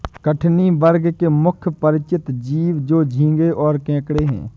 कठिनी वर्ग के मुख्य परिचित जीव तो झींगें और केकड़े हैं